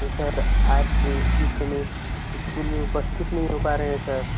तो सर आप इसमें ईस्कूल में उपस्थित नही हो पा रहे हैं सर